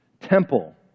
temple